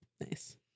Nice